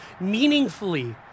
meaningfully